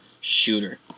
shooter